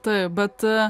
taip bet